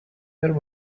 there